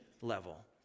level